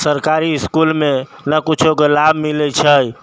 सरकारी इसकुलमे ने कुछोके लाभ मिलै छै